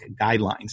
guidelines